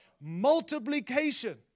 Multiplication